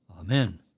Amen